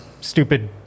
stupid